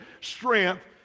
strength